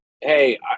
hey